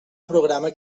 programa